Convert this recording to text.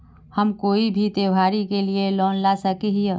हम कोई भी त्योहारी के लिए लोन ला सके हिये?